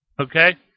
Okay